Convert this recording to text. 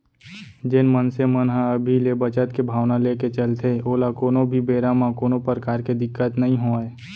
जेन मनसे मन ह अभी ले बचत के भावना लेके चलथे ओला कोनो भी बेरा म कोनो परकार के दिक्कत नइ होवय